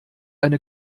eine